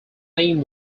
name